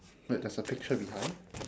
wait there's a picture behind